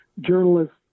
journalists